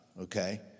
okay